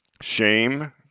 shame